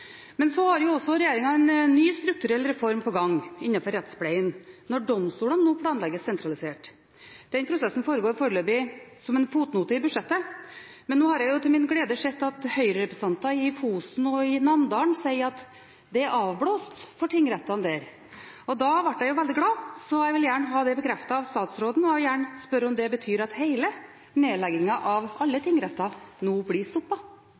Så har også regjeringen en ny strukturell reform på gang innenfor rettspleien, når domstolene nå planlegges sentralisert. Den prosessen foregår foreløpig som en fotnote i budsjettet, men nå har jeg til min glede sett at Høyre-representanter i Fosen og i Namdalen sier at det er avblåst for tingrettene der. Da ble jeg veldig glad, så jeg vil gjerne ha det bekreftet av statsråden og spørre om det betyr at hele nedleggingen av alle tingretter nå blir